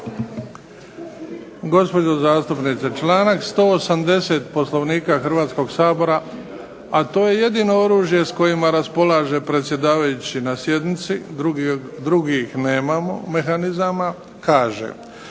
Gospođo zastupnice, članak 180. Poslovnika Hrvatskog sabora, a to je jedino oružje s kojima raspolaže predsjedavajući na sjednici, drugih nemamo mehanizama, kaže